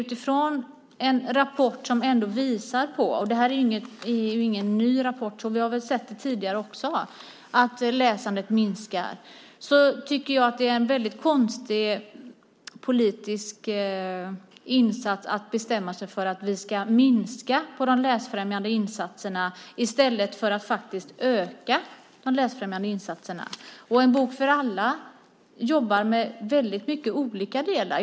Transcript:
Utifrån en rapport som visar att läsandet minskar - det är ingen ny rapport, och vi har även sett det tidigare - är det en väldigt konstig politisk insats att minska de läsfrämjande insatserna i stället för att faktiskt öka dem. En bok för alla jobbar med många olika delar.